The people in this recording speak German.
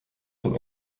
zum